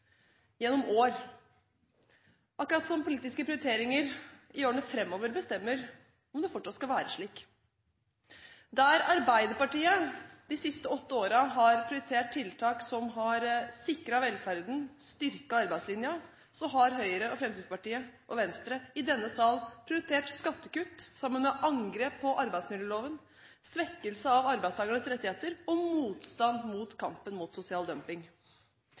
gjennom år – akkurat som politiske prioriteringer i årene framover bestemmer om det fortsatt skal være slik. Der Arbeiderpartiet de siste åtte årene har prioritert tiltak som har sikret velferden og styrket arbeidslinja, har Høyre, Fremskrittspartiet og Venstre i denne sal prioritert skattekutt sammen med angrep på arbeidsmiljøloven, svekkelse av arbeidstakernes rettigheter og motstand mot kampen mot sosial dumping.